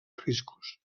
riscos